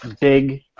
big